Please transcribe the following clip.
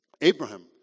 Abraham